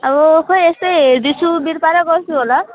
अब खै यसो हेर्दैछु वीरपाडा कस्तो होला